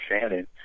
Shannon